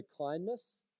kindness